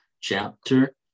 chapter